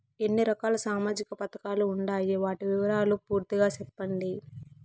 ఎన్ని రకాల సామాజిక పథకాలు ఉండాయి? వాటి వివరాలు పూర్తిగా సెప్పండి?